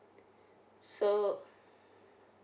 so